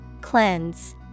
Cleanse